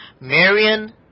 Marion